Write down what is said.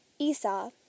Esau